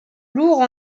lourds